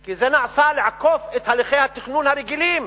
כי זה נעשה כדי לעקוף את הליכי התכנון הרגילים.